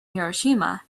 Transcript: hiroshima